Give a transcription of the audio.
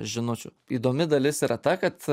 žinučių įdomi dalis yra ta kad